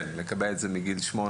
כן, לקבע את זה מגיל שמונה.